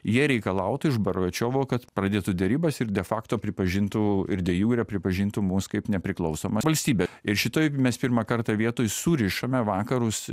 jie reikalautų iš gorbačiovo kad pradėtų derybas ir de fekto pripažintų ir de jur pripažintų mus kaip nepriklausomą valstybę ir šitoj mes pirmą kartą vietoj surišame vakarus